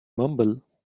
mumble